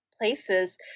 places